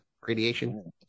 radiation